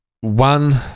one